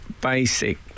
basic